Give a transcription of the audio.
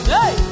Hey